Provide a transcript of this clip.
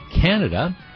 Canada